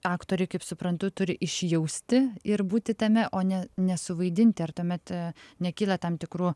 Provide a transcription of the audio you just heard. aktoriai kaip suprantu turi išjausti ir būti tame o ne nesuvaidinti ar tuomet nekyla tam tikrų